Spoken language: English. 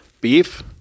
beef